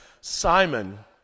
Simon